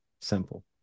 simple